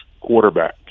quarterback